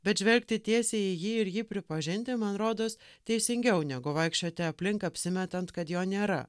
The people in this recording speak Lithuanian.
bet žvelgti tiesiai į jį ir jį pripažinti man rodos teisingiau negu vaikščioti aplink apsimetant kad jo nėra